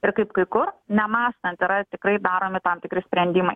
ir kaip kai kur nemąstant yra tikrai daromi tam tikri sprendimai